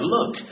Look